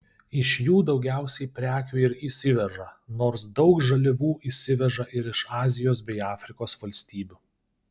iš jų daugiausiai prekių ir įsiveža nors daug žaliavų įsiveža ir iš azijos bei afrikos valstybių